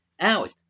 Out